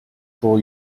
for